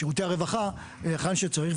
שירותי הרווחה להיכן שצריך,